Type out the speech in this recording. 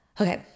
Okay